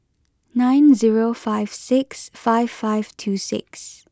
nine zero five six five five two six